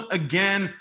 again